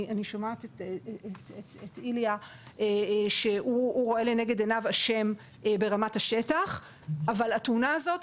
ואני שומעת את איליה שרואה לנגד עיניו אשם ברמת השטח אבל התאונה הזאת,